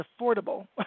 affordable